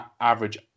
average